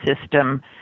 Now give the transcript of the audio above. system